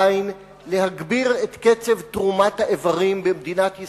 להגביר את קצב תרומת האיברים במדינת ישראל.